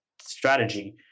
strategy